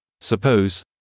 Suppose